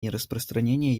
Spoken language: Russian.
нераспространения